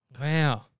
wow